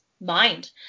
mind